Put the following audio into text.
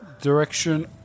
direction